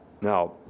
Now